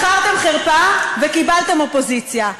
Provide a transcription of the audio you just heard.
בחרתם חרפה וקיבלתם אופוזיציה.